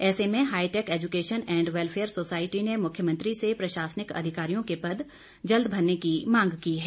ऐसे में hi tech education and welfare society ने मुख्यमंत्री से प्रशासनिक अधिकारियों के पद जल्द भरने की मांग की है